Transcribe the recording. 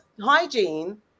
hygiene